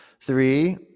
Three